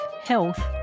Health